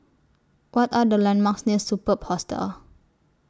What Are The landmarks near Superb Hostel